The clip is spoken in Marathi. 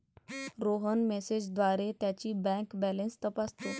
रोहन मेसेजद्वारे त्याची बँक बॅलन्स तपासतो